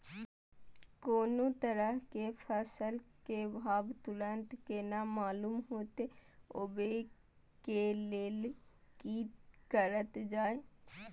कोनो तरह के फसल के भाव तुरंत केना मालूम होते, वे के लेल की करल जाय?